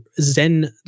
Zen